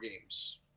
games